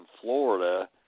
Florida